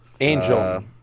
Angel